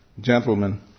Gentlemen